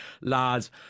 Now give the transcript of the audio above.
lads